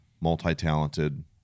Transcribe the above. multi-talented